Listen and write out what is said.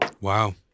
Wow